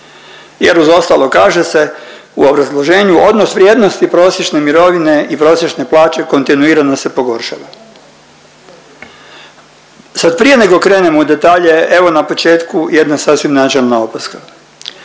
jer uz ostalo kaže se u obrazloženju odnos vrijednosti prosječne mirovine i prosječne plaće kontinuirano se pogoršava. Sad prije nego krenem u detalje evo na početku jedne sasvim načelne opaske.